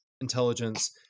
intelligence